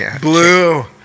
Blue